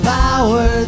power